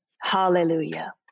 Hallelujah